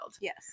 Yes